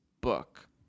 book